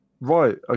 Right